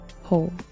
Hold